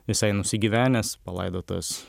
visai nusigyvenęs palaidotas